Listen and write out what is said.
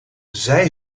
zij